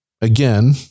again